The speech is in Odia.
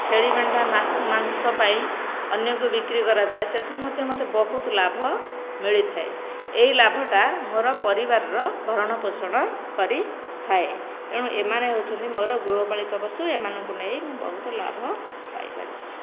ଛେଳି ମେଣ୍ଢା ମାଂସ ପାଇଁ ଅନ୍ୟ କୁ ବିକ୍ରି କରାଯାଏ ସେଥିରୁ ମଧ୍ୟ ମତେ ବହୁତ ଲାଭ ମିଳିଥାଏ ଏଇ ଲାଭଟା ମୋର ପରିବାର ର ଭରଣ ପୋଷଣ କରିଥାଏ ତେଣୁ ଏ ମାନେ ହେଉଛନ୍ତି ମୋର ଗୃହ ପାଳିତ ପଶୁ ଏମାନଙ୍କୁ ନେଇ ମୁଁ ବହୁତ ଲାଭ ପାଇ ପାରିଛି